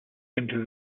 into